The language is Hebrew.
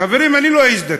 חברים, אני לא איש דתי,